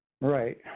Right